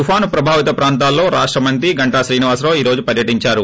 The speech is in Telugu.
తుఫాను ప్రభావిత ప్రాంతాలలో రాష్ట్ర మంత్రి గంటా శ్రీనివాసరావు ఈ రోజు పర్యటించారు